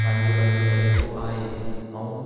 पंहिंजो पंहिंजो तरीक़ो आहे ऐं